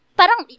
parang